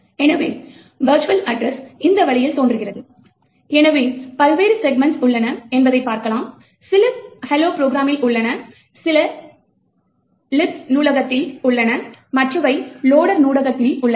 எனவே virtual address map இந்த வழியில் தோன்றுகிறது எனவே பல்வேறு செக்மென்ட்ஸ் உள்ளன என்பதை காணலாம் சில hello ப்ரோக்ராமில் உள்ளன சில libc நூலகத்தில் உள்ளன மற்றவை லோடர் நூலகத்தில் உள்ளன